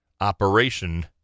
operation